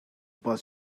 boss